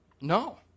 No